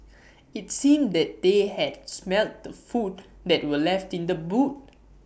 IT seemed that they had smelt the food that were left in the boot